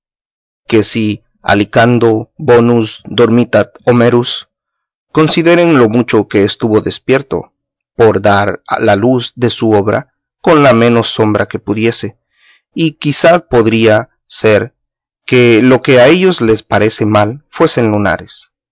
que si aliquando bonus dormitat homerus consideren lo mucho que estuvo despierto por dar la luz de su obra con la menos sombra que pudiese y quizá podría ser que lo que a ellos les parece mal fuesen lunares